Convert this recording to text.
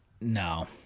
No